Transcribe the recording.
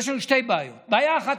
יש לנו שתי בעיות: בעיה אחת,